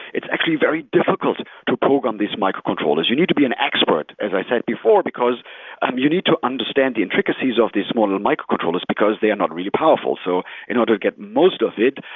it's actually very difficult to program these microcontrollers. you need to be an expert as i said before, because um you need to understand the intricacies of these smaller microcontrollers because they are not really powerful. so in order to get most of it,